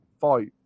fight